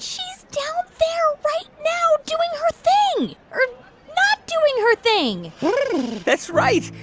she's down there right now doing her thing or not doing her thing that's right.